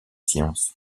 sciences